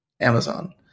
Amazon